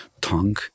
tongue